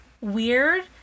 weird